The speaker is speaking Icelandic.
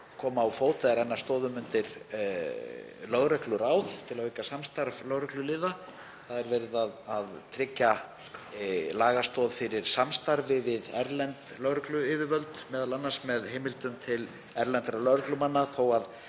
koma á fót eða renna stoðum undir lögregluráð til að auka samstarf lögregluliða. Það er verið að tryggja lagastoð fyrir samstarfi við erlend lögregluyfirvöld, m.a. með heimildum til erlendra lögreglumanna þó að